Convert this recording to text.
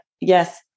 yes